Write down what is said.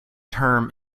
term